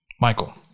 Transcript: Michael